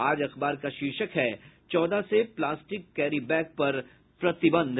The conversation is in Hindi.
आज अखबार का शीर्षक है चौदह से प्लास्टिक कैरी बैग पर प्रतिबंध